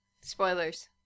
Spoilers